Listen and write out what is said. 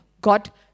got